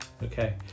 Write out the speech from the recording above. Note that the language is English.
Okay